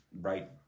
right